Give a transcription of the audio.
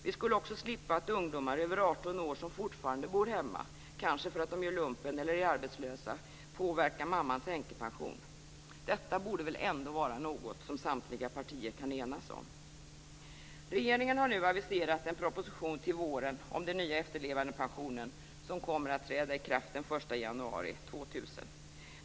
Vi skulle också slippa att ungdomar över 18 år som fortfarande bor hemma, kanske för att de gör lumpen eller är arbetslösa, påverkar mammans änkepension. Detta borde väl ändå vara något som samtliga partier kan enas om? Regeringen har nu aviserat en proposition till våren om den nya efterlevandepensionen som kommer att träda i kraft den 1 januari 2000.